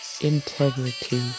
integrity